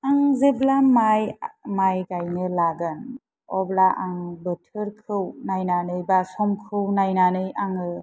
आं जेब्ला माइ माइ गायनो लागोन अब्ला आं बोथोरखौ नायनानै बि समखौ नायनानै आङो